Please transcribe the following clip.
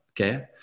okay